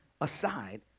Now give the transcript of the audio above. aside